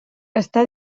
està